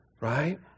right